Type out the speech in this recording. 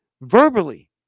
verbally